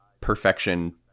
perfection